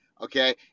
Okay